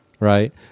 Right